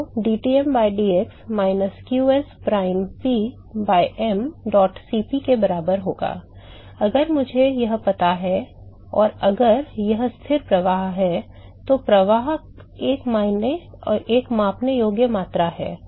तो dTm by dx minus qs prime P by m dot Cp के बराबर होगा अगर मुझे यह पता है और अगर यह स्थिर प्रवाह है तो प्रवाह एक मापने योग्य मात्रा है